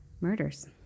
murders